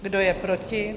Kdo je proti?